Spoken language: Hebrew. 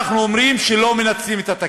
אנחנו אומרים שלא מנצלים את התקציב.